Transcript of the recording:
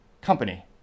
company